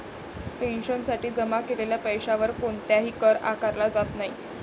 पेन्शनसाठी जमा केलेल्या पैशावर कोणताही कर आकारला जात नाही